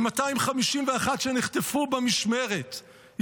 עם 251 שנחטפו במשמרת.